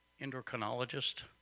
endocrinologist